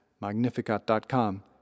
Magnificat.com